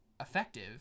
effective